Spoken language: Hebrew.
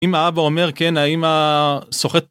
אם האבא אומר כן האמא סוחטת